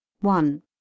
one